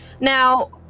now